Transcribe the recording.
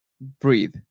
breathe